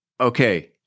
Okay